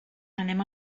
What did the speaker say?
anem